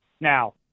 Now